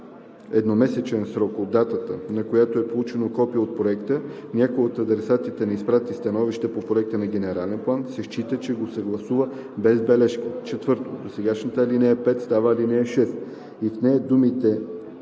едномесечен срок от датата, на която е получено копие от проекта, някой от адресатите не изпрати становище по проекта на генерален план, се счита, че го съгласува без бележки.“ 4. Досегашната ал. 5 става ал. 6 и в нея думата